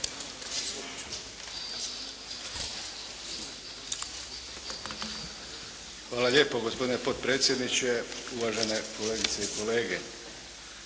Hvala lijepo gospodine potpredsjedniče, uvažene kolegice i kolege.